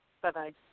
Bye-bye